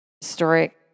historic